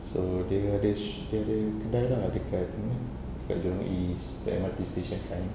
so dia ada sh~ dia ada kedai lah dekat mana dekat jurong east M_R_T station kind